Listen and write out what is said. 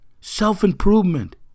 self-improvement